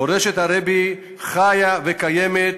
מורשת הרבי חיה וקיימת,